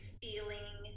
feeling